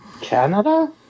Canada